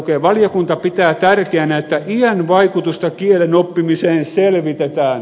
valiokunta pitää tärkeänä että iän vaikutusta kielen oppimiseen selvitetään